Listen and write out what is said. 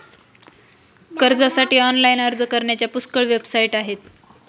कर्जासाठी ऑनलाइन अर्ज करण्याच्या पुष्कळ वेबसाइट आहेत